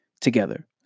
together